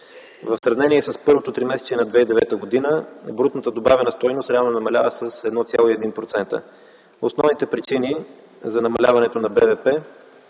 В сравнение с първото тримесечие на 2009 г. брутната добавена стойност реално намалява с 1,1%. Основните причини за намаляването на